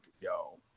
yo